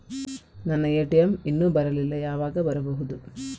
ನನ್ನ ಎ.ಟಿ.ಎಂ ಇನ್ನು ಬರಲಿಲ್ಲ, ಯಾವಾಗ ಬರಬಹುದು?